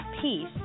peace